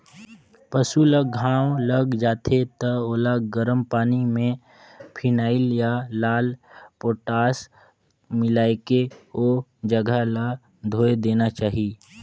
पसु ल घांव लग जाथे त ओला गरम पानी में फिनाइल या लाल पोटास मिलायके ओ जघा ल धोय देना चाही